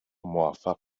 موفق